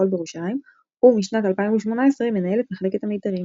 בירושלים ומשנת 2018 מנהל את מחלקת המיתרים.